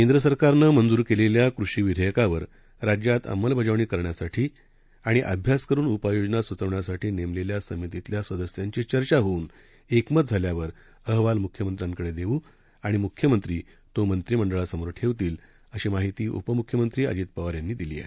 केंद्रसरकारनंमंज्रकेलेल्याकृषीविधेयकावरराज्यातअंमलबजावणीकरण्यासाठीआणिअ भ्यासकरुनउपाययोजनास्चवण्यासाठीनेमलेल्यासमितीतल्यासदस्यांचीचर्चाहोऊनएकमतझा ल्यावरअहवालमुख्यमंत्र्यांकडेदेव्आणिमगमुख्यमंत्रीमंत्रिमंडळासमोरठेवतील अशीमाहितीउपम्ख्यमंत्रीअजितपवारयांनीदिलीआहे